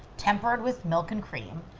tempered with milk and cream.